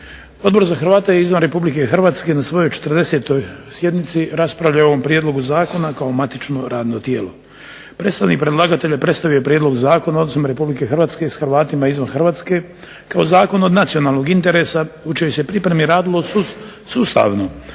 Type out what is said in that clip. Odbor za Hrvate izvan RH na svojoj 40. sjednici raspravljao je o ovom prijedlogu zakona kao matično radno tijelo. Predstavnik predlagatelja predstavio je prijedlog Zakona o odnosima RH s Hrvatima izvan Hrvatske kao zakon od nacionalnog interesa u čijoj se pripremi radilo sustavno